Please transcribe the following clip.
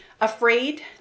afraid